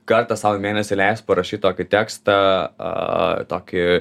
kartą sau į mėnesį leist parašyt tokį tekstą tokį